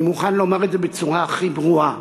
אני מוכן לומר את זה בצורה הכי ברורה,